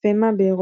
FEMA באירופה.